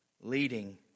leading